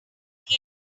gate